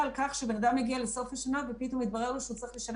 אמרנו למבקשי הארכות שהקושי שעלול להתעורר הוא שאותם עסקים יצטרכו